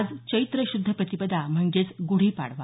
आज चैत्र श्द्ध प्रतिपदा म्हणजेच ग्रढीपाडवा